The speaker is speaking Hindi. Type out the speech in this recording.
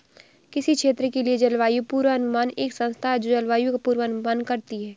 किसी क्षेत्र के लिए जलवायु पूर्वानुमान एक संस्था है जो जलवायु का पूर्वानुमान करती है